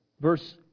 verse